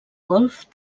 golf